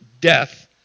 death